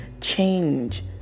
change